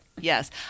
Yes